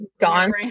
gone